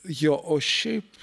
jo o šiaip